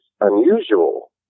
unusual